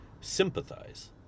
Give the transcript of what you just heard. sympathize